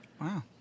Wow